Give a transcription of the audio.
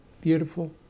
beautiful